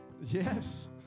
Yes